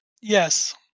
Yes